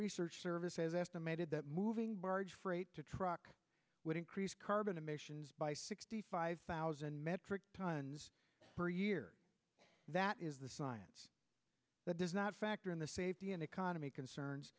research services estimated that moving barge freight to truck would increase carbon emissions by sixty five thousand metric tons per year that is the science that does not factor in the safety and economy concerns